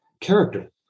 character